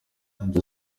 mucyo